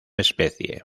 especie